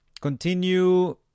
continue